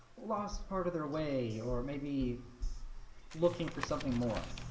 lost part of their way or maybe looking for something more